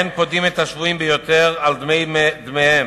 אין פודים את השבויים יתר על כדי דמיהם.